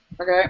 Okay